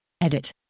Edit